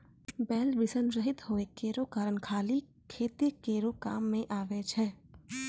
बैल वृषण रहित होय केरो कारण खाली खेतीये केरो काम मे आबै छै